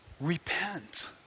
repent